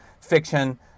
fiction